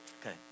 Okay